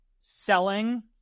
selling